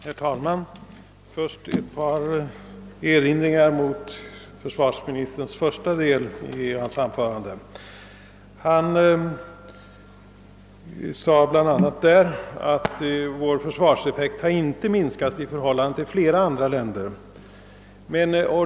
Herr talman! Jag vill först göra ett par erinringar mot den första delen av försvarsministerns anförande. Försvarsministern sade bl.a. att Sveriges försvarseffekt inte minskat i förhållande till flera andra länders.